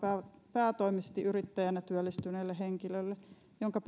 päätoimisesti yrittäjänä työllistyneelle henkilölle jonka